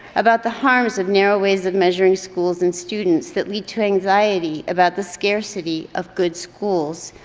about the harms of narrow ways of measuring schools and students that lead to anxiety about the scarcity of good schools,